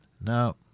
Now